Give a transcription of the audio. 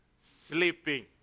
sleeping